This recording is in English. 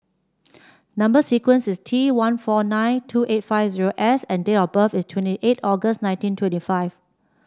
number sequence is T one four nine two eight five zero S and date of birth is twenty eight August nineteen twenty five